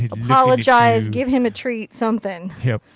apologize, give him a treat. something. yep.